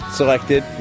selected